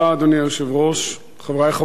אדוני היושב-ראש, חברי חברי הכנסת,